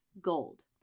gold